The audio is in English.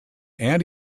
and